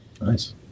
Nice